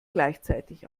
gleichzeitig